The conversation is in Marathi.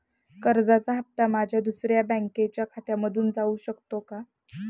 कर्जाचा हप्ता माझ्या दुसऱ्या बँकेच्या खात्यामधून जाऊ शकतो का?